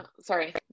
Sorry